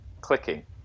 Clicking